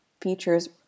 features